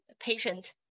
patient